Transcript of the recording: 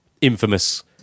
infamous